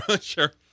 Sure